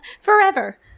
forever